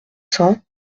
cents